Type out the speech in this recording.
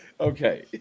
Okay